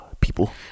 people